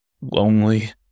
Lonely